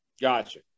Gotcha